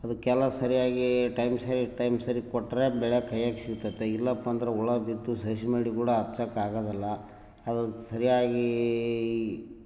ಅದ್ಕೆಲ್ಲ ಸರಿಯಾಗಿ ಟೈಮ್ ಸರಿ ಟೈಮ್ ಸರಿ ಕೊಟ್ಟರೆ ಅದು ಬೆಳೆ ಕೈಯಾಗೆ ಸಿಕ್ತದೆ ಇಲ್ಲಪ್ಪಾ ಅಂದ್ರೆ ಹುಳ ಬಿದ್ದು ಸಸಿ ಮಡಿ ಕೂಡ ಹಚ್ಚಾಕೆ ಆಗೋದಲ್ಲ ಅದು ಸರಿಯಾಗೀ